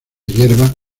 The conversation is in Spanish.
yerba